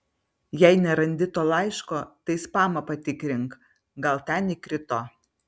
jei nerandi to laiško tai spamą patikrink gal ten įkrito